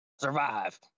Survive